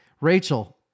Rachel